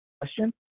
question